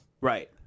Right